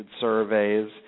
surveys